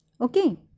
Okay